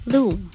Loom